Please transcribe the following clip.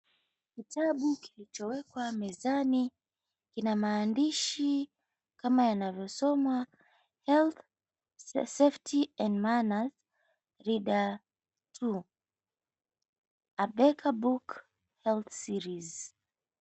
Kitabu kilichowekwa mezani kina maandishi kama yanavyosomwa, "Health Safety and Manners Reader Two. A Baker Book Health Series".